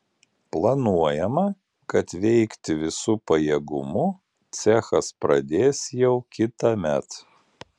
planuojama kad veikti visu pajėgumu cechas pradės jau kitąmet